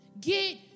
Get